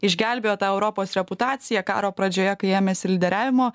išgelbėjo tą europos reputaciją karo pradžioje kai ėmėsi lyderiavimo